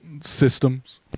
systems